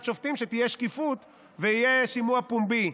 שופטים שתהיה שקיפות ויהיה שימוע פומבי,